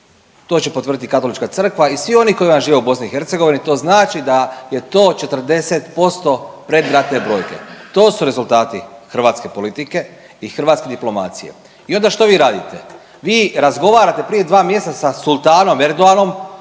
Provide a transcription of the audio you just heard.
to će potvrditi i katolička crkva i svi oni koji vam žive u BiH to znači da je to 40% predratne brojke. To su rezultati hrvatske politike i hrvatske diplomacije. I onda što vi radite? Vi razgovarate prije 2 mjeseca sa sultanom …/Govornik